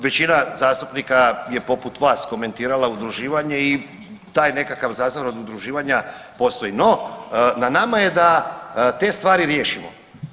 Većina zastupnika je poput vas komentirala udruživanje i taj nekakav zazor od udruživanja postoji, no nama je da te stvari riješimo.